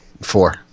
Four